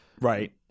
right